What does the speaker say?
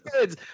kids